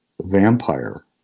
vampire